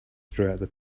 throughout